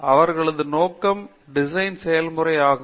அவர்களது நோக்கம் டிசைன் செயல்முறை ஆகும்